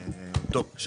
בבקשה.